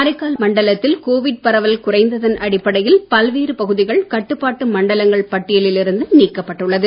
காரைக்கால் மண்டலத்தில் கோவிட் பரவல் குறைந்ததன் அடிப்படையில் பல்வேறு பகுதிகள் கட்டுப்பாட்டு மண்டலங்கள் பட்டியலில் இருந்து நீக்கப்பட்டுள்ளது